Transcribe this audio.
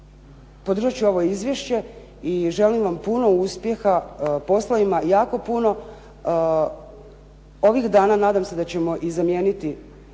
podržat ću ovo izvješće i želim vam puno uspjeha, posla ima jako puno. Ovih dana nadam se da ćemo i zamijeniti